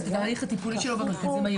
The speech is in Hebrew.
לא